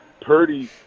Purdy